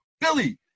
Billy